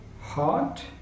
heart